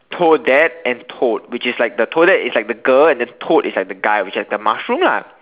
toad dad and toad which is like the toad dad is like the girl and the toad is like the guy which have the mushroom lah